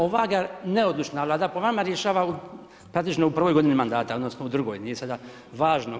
Ova ga neodlučna Vlada, po vama, rješava praktično u prvoj godini mandata, odnosno u drugoj, nije sada važno.